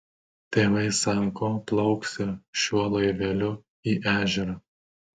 tėvai sako plauksią šiuo laiveliu į ežerą